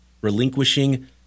relinquishing